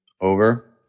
over